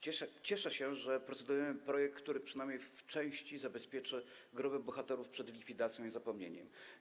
Cieszę się, że procedujemy projekt, który przynajmniej w części zabezpieczy groby bohaterów przed likwidacją i zapomnieniem.